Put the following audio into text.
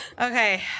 Okay